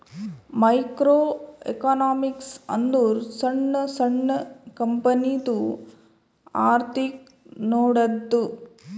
micro economics ಅಂದುರ್ ಸಣ್ಣು ಸಣ್ಣು ಕಂಪನಿದು ಅರ್ಥಿಕ್ ನೋಡದ್ದು